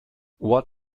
what